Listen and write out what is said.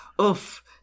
oof